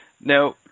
Now